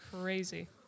crazy